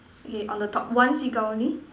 okay on the top one seagull only